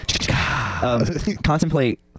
Contemplate